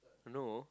no